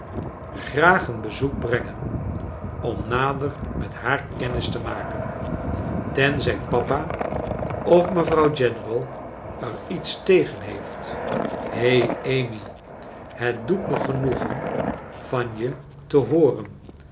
graag een bezoek brengen om nader met haar kennis te maken tenzij papa of mevrouw general er iets tegen heeft he amy het doet me genoegen van je te hooren